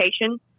education